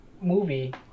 movie